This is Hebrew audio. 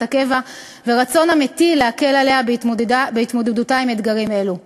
הקבע ומרצון אמיתי להקל עליה בהתמודדותה עם אתגרים אלו.